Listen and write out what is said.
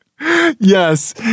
Yes